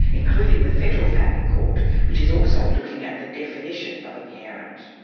including the federal family court which is also looking at the definition of a parent.